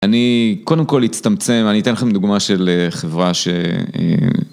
אני קודם כל אצטמצם, אני אתן לכם דוגמה של חברה ש...